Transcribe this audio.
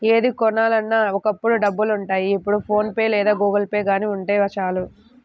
ఏది కొనాలన్నా ఒకప్పుడు డబ్బులుండాలి ఇప్పుడు ఫోన్ పే లేదా గుగుల్పే గానీ ఉంటే చాలు